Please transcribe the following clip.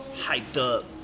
hyped-up